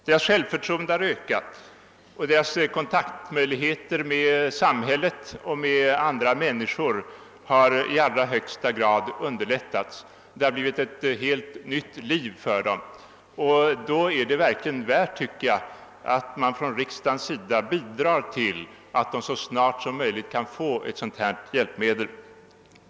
Deras självförtroende har ökat, och deras kontaktmöjligheter med samhället och med andra människor har i allra högsta grad underlättats. Det har blivit ett helt nytt liv för dem, och då är det verkligen värt — tycker jag — att riksdagen bidrar till att dessa människor så snart som möjligt kan få dylika hjälpmedel.